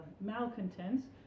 malcontents